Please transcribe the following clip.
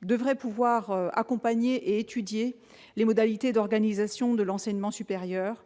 devrait pouvoir accompagner étudier les modalités d'organisation de l'enseignement supérieur,